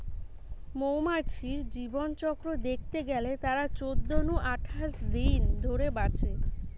মৌমাছির জীবনচক্র দ্যাখতে গেলে তারা চোদ্দ নু আঠাশ দিন ধরে বাঁচে